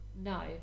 No